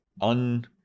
un